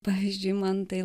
pavyzdžiui man tai